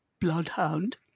bloodhound